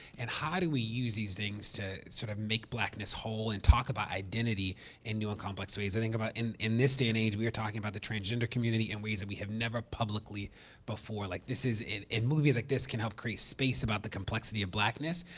and how do we use these things to sort of make blackness whole and talk about identity in new and complex ways? i think about in in this day and age we are talking about the transgender community in ways that we have never publicly before. like this is and movies like this can help create space about the complexity of blackness,